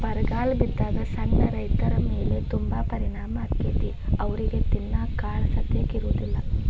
ಬರಗಾಲ ಬಿದ್ದಾಗ ಸಣ್ಣ ರೈತರಮೇಲೆ ತುಂಬಾ ಪರಿಣಾಮ ಅಕೈತಿ ಅವ್ರಿಗೆ ತಿನ್ನಾಕ ಕಾಳಸತೆಕ ಇರುದಿಲ್ಲಾ